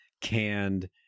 canned